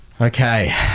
okay